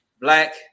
Black